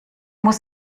muss